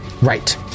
Right